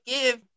give